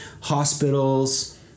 hospitals